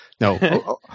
No